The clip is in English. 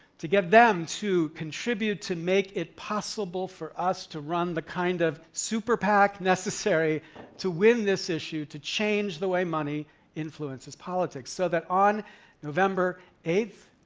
to get them to contribute to make it possible for us to run the kind of super pac necessary to win this issue, to change the way money influences politics, so that on november eight,